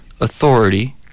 authority